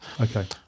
Okay